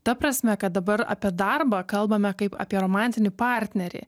ta prasme kad dabar apie darbą kalbame kaip apie romantinį partnerį